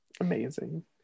Amazing